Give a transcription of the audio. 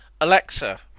Alexa